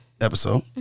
episode